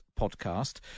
Podcast